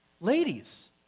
Ladies